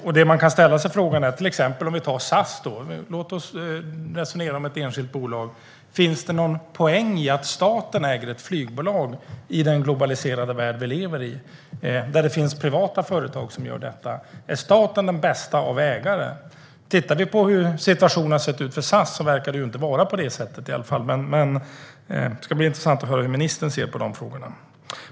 Frågan man kan ställa sig om SAS - låt oss resonera om ett enskilt bolag - är om det finns någon poäng med att staten äger ett flygbolag i den globaliserade värld vi lever i, där det finns privata företag som gör detta. Är staten den bästa av ägare? Som situationen har sett ut för SAS verkar det inte vara på det sättet. Det ska bli intressant att höra hur ministern ser på de frågorna.